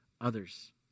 others